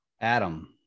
Adam